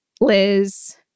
Liz